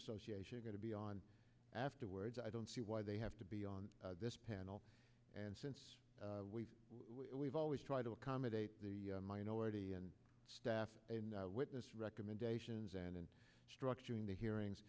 association are going to be on afterwards i don't see why they have to be on this panel and since we've we've always tried to accommodate the minority and staff and witness recommendations and structuring the hearings